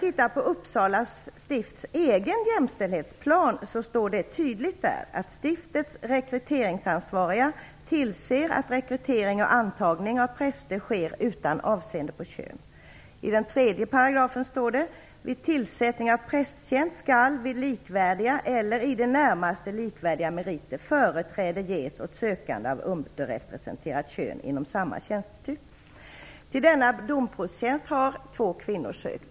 I Uppsala stifts egen jämställdhetsplan står det att stiftets rekryteringsansvariga tillser att rekrytering och antagning av präster sker utan avseende på kön. I 3 § står det: Vid tillsättning av prästtjänst skall vid likvärdiga eller i det närmaste likvärdiga meriter företräde ges åt sökande av underrepresenterat kön inom samma tjänstetyp. Till den aktuella domprosttjänsten har två kvinnor sökt.